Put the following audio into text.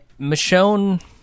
Michonne